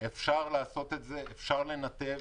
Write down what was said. אפשר לעשות את זה, אפשר לנתב.